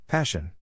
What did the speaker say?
Passion